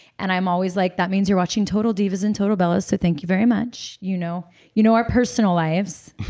and i'm always like, that means you're watching total divas and total bellas, so thank you very much. you know you know our personal lives